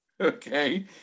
okay